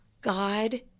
God